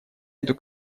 эту